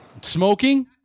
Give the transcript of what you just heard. Smoking